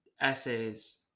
essays